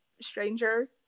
Stranger